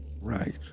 Right